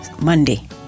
monday